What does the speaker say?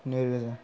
नैरोजा